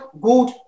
good